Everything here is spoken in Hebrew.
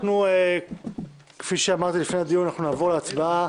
אנחנו כפי שאמרנו לפני הדיון נעבור להצבעה